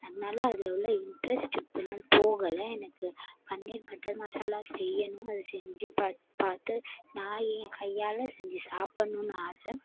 அதனால அதில் உள்ள இன்ட்ரஸ்ட் இன்னும் போகலை எனக்கு பன்னீர் பட்டர் மசாலா செய்யணும் அதை செஞ்சு பார்த்து நான் ஏன் கையால் செஞ்சு சாப்பிட்ணுனு ஆசை